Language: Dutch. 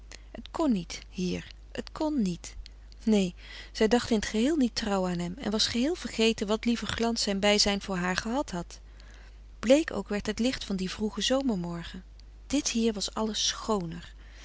het kon niet hier het kon niet neen zij dacht in t geheel niet trouw aan hem en was geheel vergeten wat lieven glans zijn bijzijn voor haar gehad had bleek ook werd het licht van dien vroegen zomermorgen dit hier was alles schooner